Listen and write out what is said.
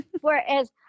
whereas